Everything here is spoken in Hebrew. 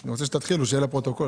שעה, ואז כאילו להתקין